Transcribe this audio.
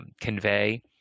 convey